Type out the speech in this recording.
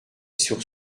sur